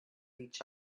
each